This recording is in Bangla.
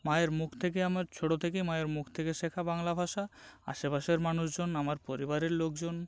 মায়ের মুখ থেকে আমার ছোট থেকে মায়ের মুখ থেকে শেখা বাংলা ভাষা আশেপাশের মানুষজন আমার পরিবারের লোকজন